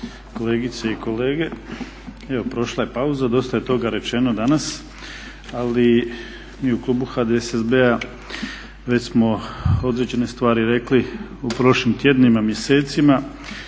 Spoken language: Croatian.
kolegice i kolege evo prošla je pauza. Dosta je toga rečeno danas, ali mi u klubu HDSSB-a već smo određene stvari rekli u prošlim tjednima, mjesecima,